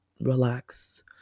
relax